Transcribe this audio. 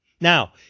Now